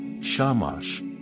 shamash